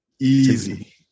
Easy